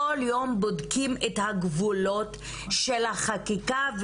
כל יום בודקים את הגבולות של החקיקה,